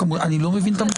אני לא מבין את המשפט.